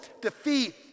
defeat